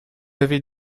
avez